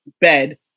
bed